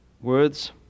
words